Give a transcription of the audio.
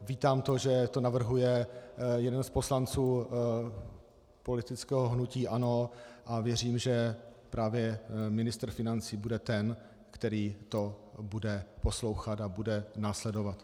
Vítám to, že to navrhuje jeden z poslanců politického hnutí ANO, a věřím, že právě ministr financí bude ten, který to bude poslouchat a bude to následovat.